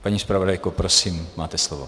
Paní zpravodajko, prosím, máte slovo.